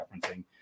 referencing